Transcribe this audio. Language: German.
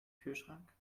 kühlschrank